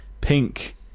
pink